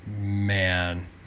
Man